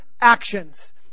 actions